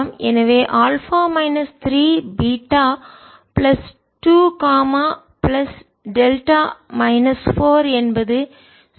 எனவே alpha minus 3 beta plus 2 gamma plus delta minus 4 என்பது 0 க்கு சமம்